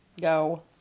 Go